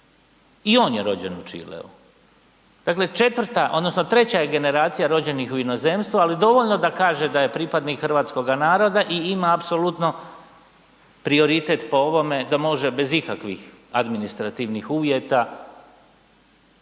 i on je rođen u Čileu dakle treća je generacija rođenih u inozemstvu, ali dovoljno da kaže da je pripadnih hrvatskoga naroda i ima apsolutno prioritet po ovome da može bez ikakvih administrativnih uvjeta